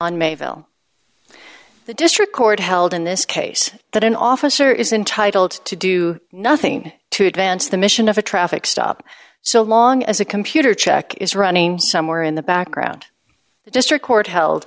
mayville district court held in this case that an officer is intitled to do nothing to advance the mission of a traffic stop so long as a computer check is running somewhere in the background the district court held